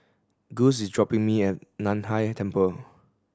Guss is dropping me at Nan Hai Temple